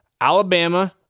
Alabama